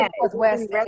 Northwest